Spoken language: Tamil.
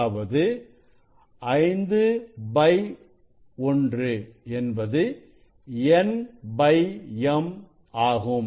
அதாவது 5 1 என்பது n m ஆகும்